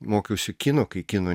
mokiausi kino kai kino